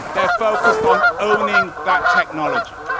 they're focused on owning that technology.